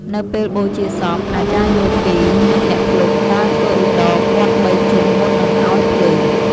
នៅពេលបូជាសព អាចារ្យយោគី និងអ្នកភ្លុកដើរធ្វើឧត្តរពាត់បីជុំមុននឹងឲ្យភ្លើង។